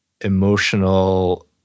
emotional